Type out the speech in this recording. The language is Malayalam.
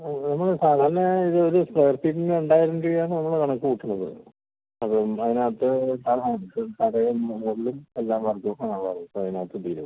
ആ മൂന്ന് സാധാരണ ഇതൊരു സ്ക്വയർ ഫീറ്റിന് രണ്ടായിരം രൂപയാണ് നമ്മൾ കണക്ക് കൂട്ടുന്നത് അത് അതിനകത്ത് സ്ഥലമാണിത് താഴെയും മുകളിലും എല്ലാ ഭാഗത്തും അപ്പോൾ അതിനകത്ത് തീരും അത്